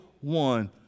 one